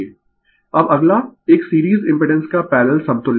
Refer slide Time 0512 अब अगला एक सीरीज इम्पिडेंस का पैरलल समतुल्य है